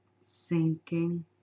Sinking